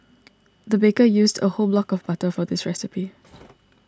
the baker used a whole block of butter for this recipe